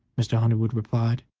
mr. underwood replied.